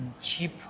cheap